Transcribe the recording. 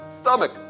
stomach